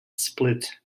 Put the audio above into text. split